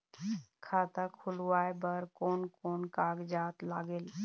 खाता खुलवाय बर कोन कोन कागजात लागेल?